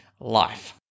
life